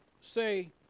say